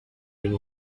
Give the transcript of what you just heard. den